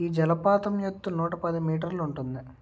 ఈ జలపాతం ఎత్తు నూట పది మీటర్లుంటుంది